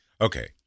Okay